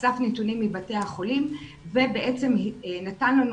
אסף נתונים מבתי החולים ובעצם נתן לנו